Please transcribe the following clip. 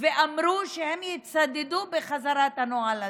ואמרו שהם יצדדו בהחזרת הנוהל הזה.